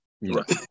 Right